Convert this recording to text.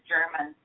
German